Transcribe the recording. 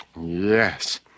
Yes